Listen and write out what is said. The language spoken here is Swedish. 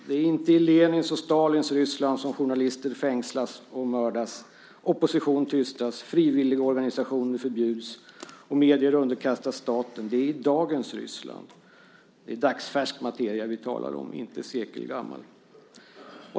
Det är inte i Lenins och Stalins Ryssland som journalister fängslas och mördas, opposition tystas, frivilligorganisationer förbjuds och medier underkastas staten. Det är i dagens Ryssland. Det är dagsfärsk materia vi talar om, inte sekelgammal.